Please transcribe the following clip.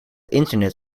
internet